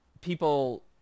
people